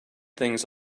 things